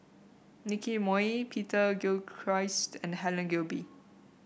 Nicky Moey Peter Gilchrist and Helen Gilbey